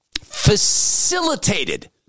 facilitated